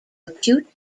acute